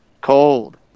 cold